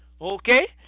okay